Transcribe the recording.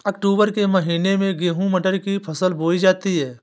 अक्टूबर के महीना में गेहूँ मटर की फसल बोई जाती है